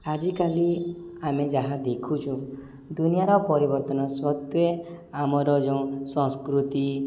ଆଜିକାଲି ଆମେ ଯାହା ଦେଖୁଛୁ ଦୁନିଆର ପରିବର୍ତ୍ତନ ସତ୍ତ୍ୱେ ଆମର ଯଉଁ ସଂସ୍କୃତି